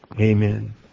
Amen